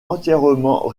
entièrement